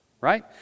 right